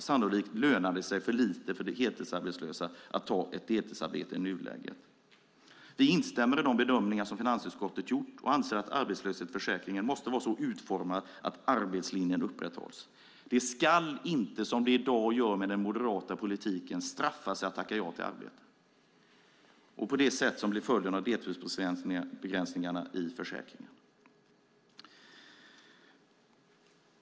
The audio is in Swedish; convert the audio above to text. Sannolikt lönar det sig för lite för de heltidsarbetslösa att ta ett deltidsarbete i nuläget". Vi instämmer i de bedömningar som finansutskottet har gjort och anser att arbetslöshetsförsäkringen måste vara utformad så att arbetslinjen upprätthålls. Det ska inte, som den moderata politiken i dag gör, straffa sig att tacka ja till ett arbete, vilket blev följden av deltidsbegränsningarna i försäkringen.